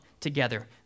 together